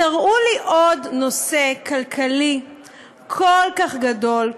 תראו לי עוד נושא כלכלי כל כך גדול,